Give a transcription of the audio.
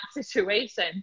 situation